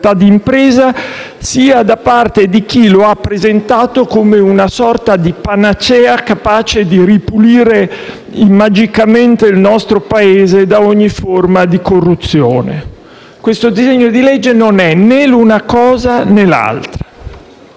di impresa; sia da parte di chi lo ha presentato come una sorta di panacea, capace di ripulire magicamente il nostro Paese da ogni forma di corruzione. Questo disegno di legge non è né una cosa, né l'altra.